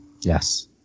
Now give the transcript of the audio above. Yes